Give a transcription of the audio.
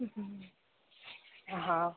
हा